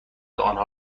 آنها